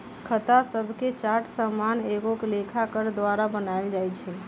खता शभके चार्ट सामान्य एगो लेखाकार द्वारा बनायल जाइ छइ